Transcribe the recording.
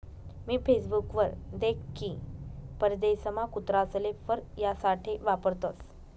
मी Facebook वर देख की परदेशमा कुत्रासले फर यासाठे वापरतसं